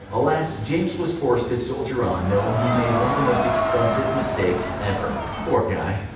alas, james was forced to soldier on knowing he'd made one of the most expensive mistakes ever. poor guy.